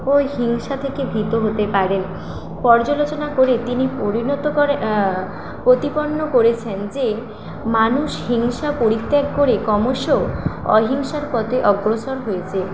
ও হিংসা থেকে ভীত হতে পারে পর্যালোচনা করে তিনি পরিণত করে প্রতিপন্ন করেছেন যে মানুষ হিংসা পরিত্যাগ করে ক্রমশ অহিংসার পথে অগ্রসর হয়েছে